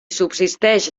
subsisteix